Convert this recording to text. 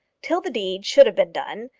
till the deed should have been done,